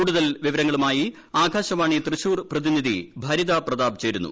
കൂടുതൽ വിവരങ്ങളുമായി ആകാശവാണി തൃശൂർ പ്രതിനിധി ഭരിത പ്രതാപ് ചേരുന്നു